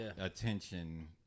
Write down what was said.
attention